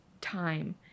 time